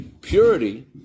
purity